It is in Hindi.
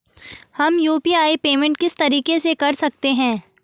हम यु.पी.आई पेमेंट किस तरीके से कर सकते हैं?